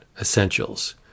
essentials